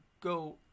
go